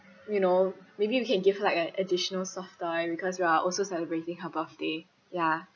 you know maybe you can give her like a additional soft toy because we are also celebrating her birthday ya